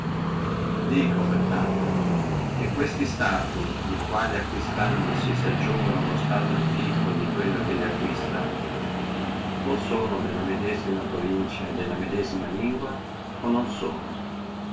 per tanto che questi stati quali acquistandosi si aggiungono a uno stato antiquo di quello che acquista o sono della medesima provincia e della medesima lingua o non sono